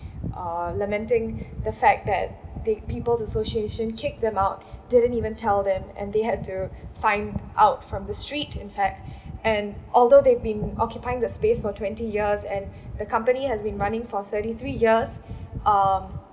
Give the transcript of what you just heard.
uh lamenting the fact that the people's association kick them out didn't even tell them and they had to find out from the street in fact and although they've been occupying the space for twenty years and the company has been running for thirty three years um